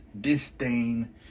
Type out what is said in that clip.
disdain